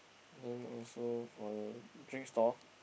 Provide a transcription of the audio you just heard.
then also for the drinks store